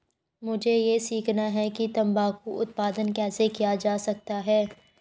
मुझे यह सीखना है कि तंबाकू उत्पादन कैसे किया जा सकता है?